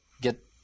get